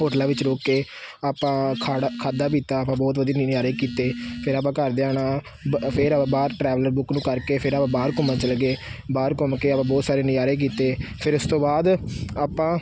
ਹੋਟਲਾਂ ਵਿੱਚ ਰੁਕ ਕੇ ਆਪਾਂ ਖਾੜਾ ਖਾਧਾ ਪੀਤਾ ਆਪਾਂ ਬਹੁਤ ਵਧੀਆ ਨਜ਼ਾਰੇ ਕੀਤੇ ਫਿਰ ਆਪਾਂ ਘਰਦਿਆਂ ਨਾਲ ਫਿਰ ਆਪਾਂ ਬਾਅਦ ਟਰੈਵਲ ਬੁੱਕ ਨੂੰ ਕਰਕੇ ਫਿਰ ਆਪਾਂ ਬਾਹਰ ਘੁੰਮਣ ਚਲੇ ਗਏ ਬਾਹਰ ਘੁੰਮ ਕੇ ਆਪਾਂ ਬਹੁਤ ਸਾਰੇ ਨਜ਼ਾਰੇ ਕੀਤੇ ਫਿਰ ਇਸ ਤੋਂ ਬਾਅਦ ਆਪਾਂ